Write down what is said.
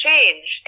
change